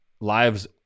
lives